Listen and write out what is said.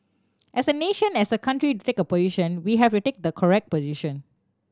as a nation as a country to take a position we have to take the correct position